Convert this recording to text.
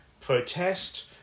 protest